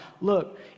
Look